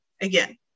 again